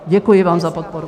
Děkuji vám za podporu.